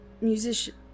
musician